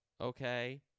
okay